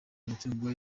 imitungo